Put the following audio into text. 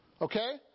Okay